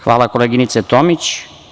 Hvala, koleginice Tomić.